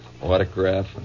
autograph